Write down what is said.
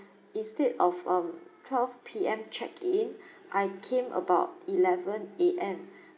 instead of um twelve P_M check in I came about eleven A_M